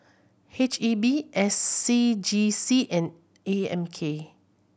H E B S C G C and A M K